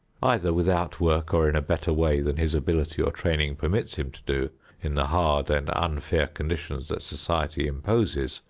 either without work or in a better way than his ability or training permits him to do in the hard and unfair conditions that society imposes,